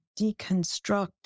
deconstruct